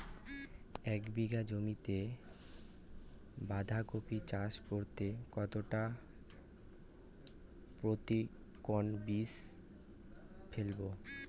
এক বিঘা জমিতে বাধাকপি চাষ করতে কতটা পপ্রীমকন বীজ ফেলবো?